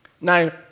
Now